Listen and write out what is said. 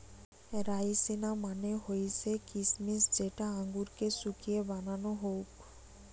রাইসিনা মানে হৈসে কিছমিছ যেটা আঙুরকে শুকিয়ে বানানো হউক